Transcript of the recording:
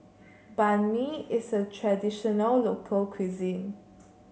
Banh Mi is a traditional local cuisine